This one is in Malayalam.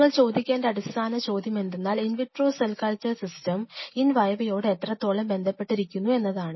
നിങ്ങൾ ചോദിക്കേണ്ട അടിസ്ഥാന ചോദ്യം എന്തെന്നാൽ in vitro cell culture system in വൈവയോട് എത്രത്തോളം ബന്ധപ്പെട്ടിരിക്കുന്നു എന്നതാണ്